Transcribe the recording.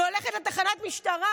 היא הולכת לתחנת המשטרה,